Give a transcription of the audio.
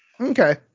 Okay